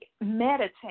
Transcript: meditate